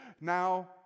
now